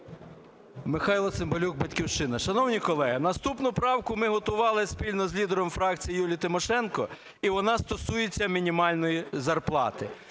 Михайло Цимбалюк, "Батьківщина". Шановні колеги, наступну правку ми готували спільно з лідером фракції Юлією Тимошенко, і вона стосується мінімальної зарплати.